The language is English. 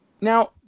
now